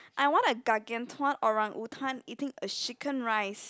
I want a gargantuan orangutan eating a chicken rice